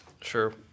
Sure